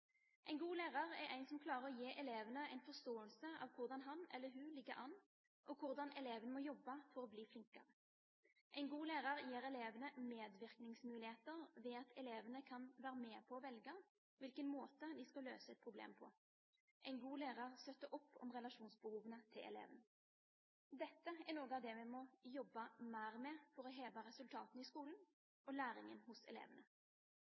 En god lærer er en som klarer å gi elevene en forståelse av hvordan han eller hun ligger an, og hvordan elevene må jobbe for å bli flinkere. En god lærer gir elevene medvirkningsmuligheter ved at elevene kan være med på å velge hvilken måte de skal løse et problem på. En god lærer støtter opp om relasjonsbehovene til elevene. Dette er noe av det vi må jobbe mer med for å heve resultatene i skolen og læringen hos elevene.